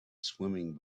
swimming